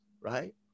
right